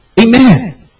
Amen